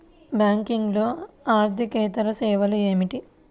బ్యాంకింగ్లో అర్దికేతర సేవలు ఏమిటీ?